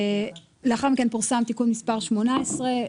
לאחר מכן פורסם תיקון מס' 18,